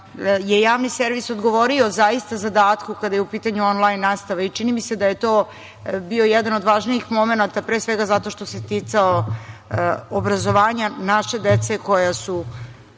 je javni servis odgovorio zaista zadatku kada je u pitanju on lajn nastava, čini mi se da je to bio jedan od važnijih momenata, pre svega zato što se ticao obrazovanja naše dece koja su